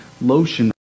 lotion